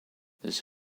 this